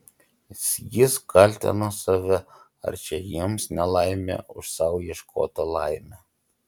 jis kaltino save ar čia jiems nelaimė už sau ieškotą laimę